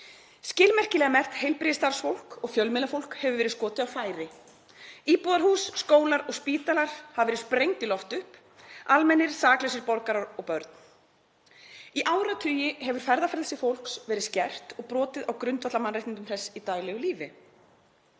Skilmerkilega merkt heilbrigðisstarfsfólk og fjölmiðlafólk hefur verið skotið á færi. Íbúðarhús, skólar og spítalar hafa verið sprengd í loft upp, almennir saklausir borgarar og börn. Í áratugi hefur ferðafrelsi fólks verið skert og brotið á grundvallarmannréttindum þess í daglegu lífi.